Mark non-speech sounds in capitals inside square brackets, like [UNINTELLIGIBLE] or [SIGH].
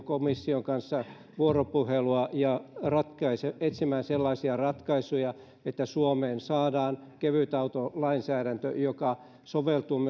komission kanssa vuoropuhelua ja etsimään sellaisia ratkaisuja että suomeen saadaan kevytautolainsäädäntö joka soveltuu [UNINTELLIGIBLE]